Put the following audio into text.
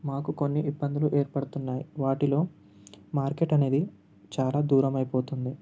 మాకు కొన్ని ఇబ్బందులు ఏర్పడుతున్నాయి వాటిలో మార్కెట్ అనేది చాలా దూరం అయిపోతుంది